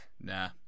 nah